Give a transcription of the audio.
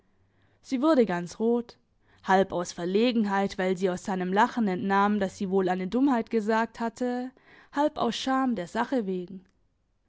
sie wurde ganz rot halb aus verlegenheit weil sie aus seinem lachen entnahm dass sie wohl eine dummheit gesagt hatte halb aus scham der sache wegen